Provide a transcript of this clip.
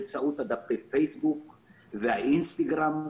דפי הפייסבוק והאינסטגרם,